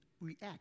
react